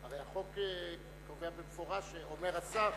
הרי החוק קובע במפורש, אומר השר